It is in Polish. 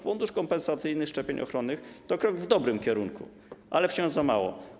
Fundusz Kompensacyjny Szczepień Ochronnych to krok w dobrym kierunku, ale to wciąż za mało.